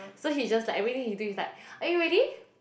so he just like everything he do he is like are you ready